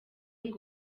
ngo